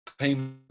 payment